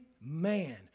man